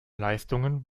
leistungen